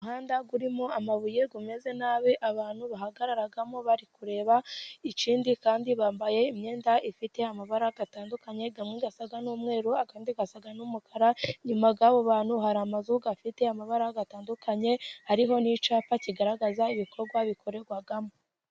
Umuhanda urimo amabuye umeze nabi abantu bahagararamo bari kureba, ikindi kandi bambaye imyenda ifite amabara atandukanye amwe asa n'umweru, andi asa n'umukara, inyuma y'abo bantu hari amazu afite amabara atandukanye, hariho n'icyapa kigaragaza ibikorwa bikorerwamo.